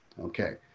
Okay